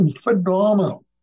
phenomenal